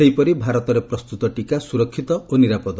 ସେହିପରି ଭାରତରେ ପ୍ରସ୍ତତ ଟିକା ସୁରକ୍ଷିତ ଓ ନିରାପଦ